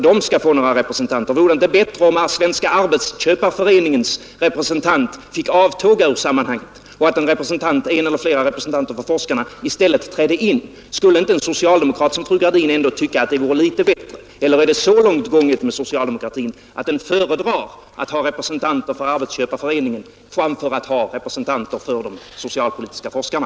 Vore det inte bättre om Svenska arbetsköpareföreningens representant fick avtåga ur sammanhanget och att en eller flera representanter för forskarna i stället fick träda in? Skulle inte en socialdemokrat som fru Gradin tycka att det vore litet bättre? Eller är det så långt gånget med socialdemokratin att den föredrar att ha representanter för arbetsköpareföreningen framför att ha representanter för de socialpolitiska forskarna?